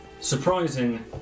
surprising